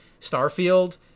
starfield